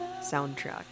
soundtrack